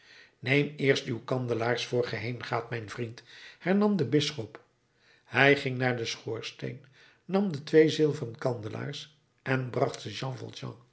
neem eerst uw kandelaars voor ge heengaat mijn vriend hernam de bisschop hij ging naar den schoorsteen nam de twee zilveren kandelaars en bracht